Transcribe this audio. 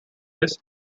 this